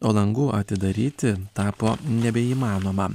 o langų atidaryti tapo nebeįmanoma